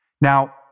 Now